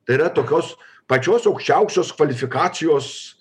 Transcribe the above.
tai yra tokios pačios aukščiausios kvalifikacijos